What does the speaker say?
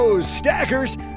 stackers